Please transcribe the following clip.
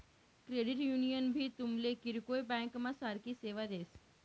credit union भी तुमले किरकोय ब्यांकना सारखी सेवा देस